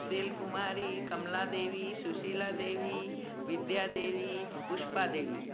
Sheel Kumari Kamla Devi Sushila Devi Vidya Devi Pushpa Devi